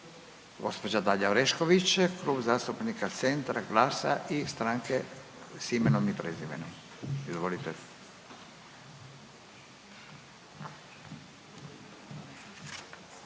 Gospođa Dalija Orešković Klub zastupnika Centra, GLAS-a i Stranke s imenom i prezimenom. Izvolite.